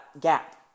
gap